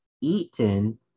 Eaton